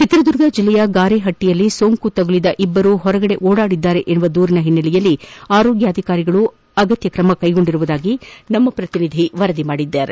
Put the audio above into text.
ಚಿತ್ರದುರ್ಗ ಜಿಲ್ಲೆಯ ಗಾರೆಪಟ್ಟಿಯಲ್ಲಿ ಸೋಂಕು ತಗುಲಿದ ಇಬ್ಬರು ಹೊರಗಡೆ ಓಡಾಡಿದ್ದಾರೆ ಎಂಬ ದೂರಿನ ಓನ್ನೆಲೆಯಲ್ಲಿ ಆರೋಗ್ಯಾಧಿಕಾರಿಗಳು ಆಗತ್ತ ಕ್ರಮ ಕೈಗೊಂಡಿರುವುದಾಗಿ ನಮ್ಮ ಪ್ರತಿನಿಧಿ ವರದಿ ಮಾಡಿದ್ದಾರೆ